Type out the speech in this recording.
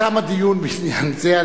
תם הדיון בעניין זה.